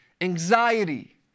anxiety